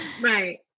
Right